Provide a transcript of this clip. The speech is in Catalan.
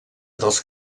dels